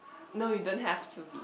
no you don't have to be